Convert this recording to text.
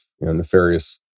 nefarious